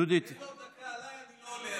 תן לו דקה עליי, אני לא עולה.